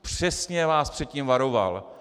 Přesně vás před tím varoval.